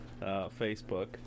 Facebook